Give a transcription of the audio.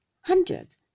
hundreds